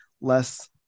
less